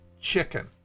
chicken